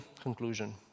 conclusion